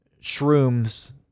shrooms